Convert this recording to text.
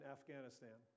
Afghanistan